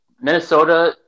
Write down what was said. Minnesota